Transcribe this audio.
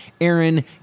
Aaron